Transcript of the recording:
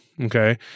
okay